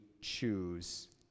choose